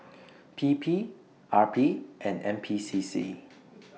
P P R P and N P C C